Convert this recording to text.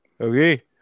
Okay